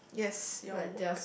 yes your work